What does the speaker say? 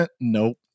nope